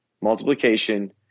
multiplication